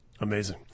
Amazing